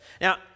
Now